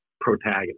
protagonist